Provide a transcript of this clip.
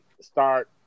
start